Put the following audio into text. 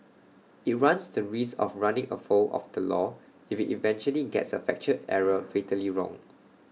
IT runs the risk of running afoul of the law if IT eventually gets A factual error fatally wrong